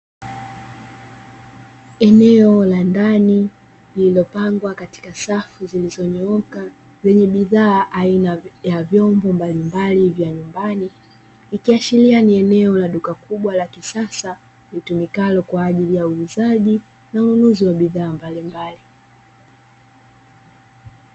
Eneo la ndani lililopangwa katika safu zilizonyooka zenye bidhaa aina ya vyombo mbali mbali vya nyumbani, ikiashiria ni eneo la duka kubwa la kisasa litumikalo kwa ajili ya uuzaji na ununuzi wa bidhaa mbali mbali.